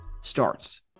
starts